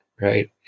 right